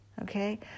Okay